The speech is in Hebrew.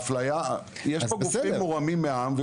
אבל יש פה גופים שמורמים מהעם,